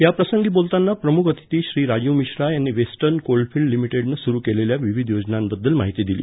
याप्रसंगी बोलताना प्रमुख अतिथी श्री राजीव मिश्रा यांनी वेस्टर्न कोलफिल्ड लिमिटेडनं सुरू केलेल्या विविध योजनांबद्दल माहिती दिली